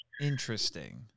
Interesting